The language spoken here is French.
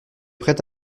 prête